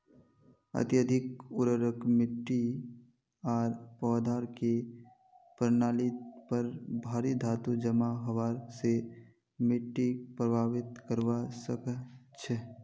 अत्यधिक उर्वरक मिट्टी आर पौधार के प्रणालीत पर भारी धातू जमा हबार स मिट्टीक प्रभावित करवा सकह छह